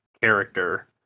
character